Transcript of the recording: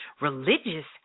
religious